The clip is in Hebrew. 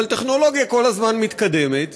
אבל הטכנולוגיה כל הזמן מתקדמת,